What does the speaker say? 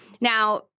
Now